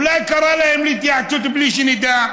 אולי הוא קרא להם להתייעצות בלי שנדע?